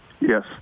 Yes